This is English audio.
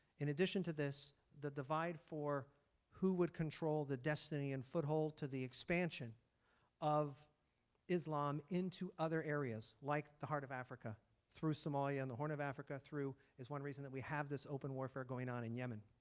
in addition to this, the divide for who would control the destiny and foothold to the expansion of islam into other areas like the heart of africa through somalia and the horn of africa through is one reason that we have this open warfare going on in yemen.